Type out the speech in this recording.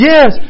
Yes